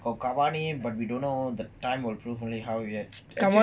got cavani but we don't know the time will prove only how yet